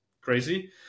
crazy